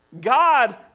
God